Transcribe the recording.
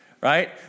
right